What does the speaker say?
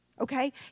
okay